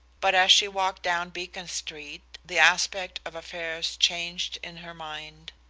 but as she walked down beacon street the aspect of affairs changed in her mind.